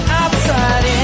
outside